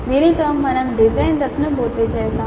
దీనితో మేము డిజైన్ దశను పూర్తి చేసాము